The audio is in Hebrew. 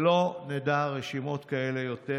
שלא נדע רשימות כאלה יותר.